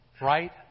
right